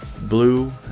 blue